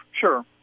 sure